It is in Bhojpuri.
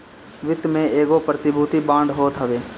वित्त में एगो प्रतिभूति बांड होत हवे